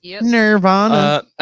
Nirvana